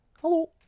Hello